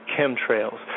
chemtrails